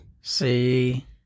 See